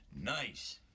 Nice